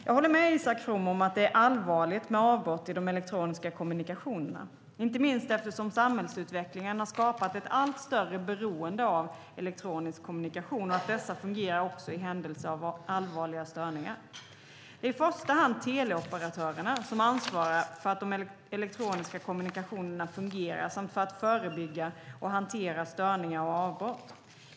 Jag håller med Isak From om att det är allvarligt med avbrott i de elektroniska kommunikationerna, inte minst eftersom samhällsutvecklingen har skapat ett allt större beroende av elektronisk kommunikation och av att de fungerar också vid allvarliga störningar. Det är i första hand teleoperatörerna som ansvarar för att de elektroniska kommunikationerna fungerar samt för att förebygga och hantera störningar och avbrott.